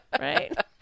right